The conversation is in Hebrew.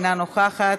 אינה נוכחת.